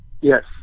Yes